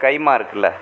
கைமா இருக்குல